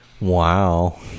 Wow